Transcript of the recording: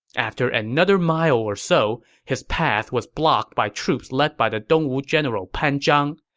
after another mile or so, his path was blocked by troops led by the dongwu general pan zhang.